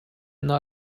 not